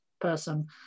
person